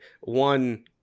one